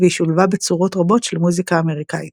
והיא שולבה בצורות רבות של מוזיקה אמריקאית.